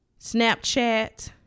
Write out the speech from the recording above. Snapchat